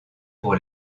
pour